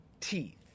teeth